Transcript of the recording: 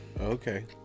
Okay